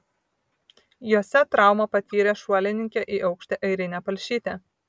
jose traumą patyrė šuolininkė į aukštį airinė palšytė